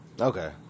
Okay